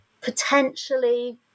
potentially